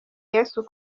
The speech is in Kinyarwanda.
yesu